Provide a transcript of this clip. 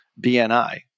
BNI